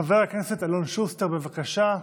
חבר הכנסת אלון שוסטר, בבקשה.